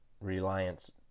reliance